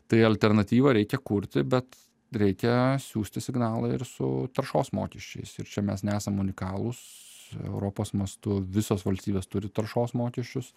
tai alternatyvą reikia kurti bet reikia siųsti signalą ir su taršos mokesčiais ir čia mes nesam unikalūs europos mastu visos valstybės turi taršos mokesčius